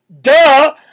Duh